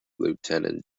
lieutenant